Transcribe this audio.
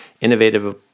innovative